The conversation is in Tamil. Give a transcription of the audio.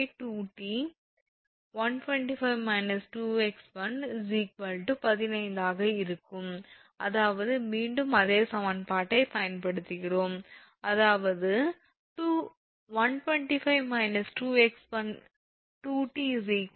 8 × 1252𝑇 125−2𝑥1 15 ஆக இருக்கும் அதாவது மீண்டும் அதே சமன்பாட்டைப் பயன்படுத்துகிறோம் அதாவது 125−2𝑥1 2𝑇 0